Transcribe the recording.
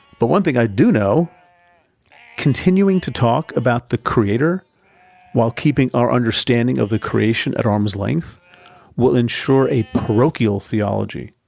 but one thing i do know continuing to talk about the creator while keeping our understanding of the creation at arm's length will ensure a parochial theology,